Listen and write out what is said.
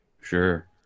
sure